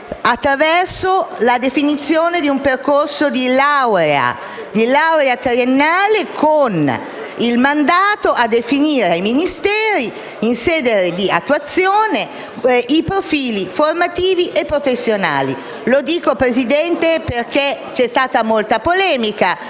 attraverso la definizione di un percorso di laurea triennale, con il mandato ai Ministeri a definire, in sede di attuazione, i profili formativi e professionali. Lo dico, signor Presidente, perché c'è stata molta polemica